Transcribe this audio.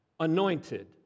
anointed